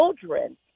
children